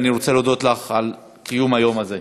אני רוצה להודות לך על קיום היום הזה.